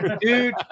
dude